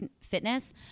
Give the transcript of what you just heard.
Fitness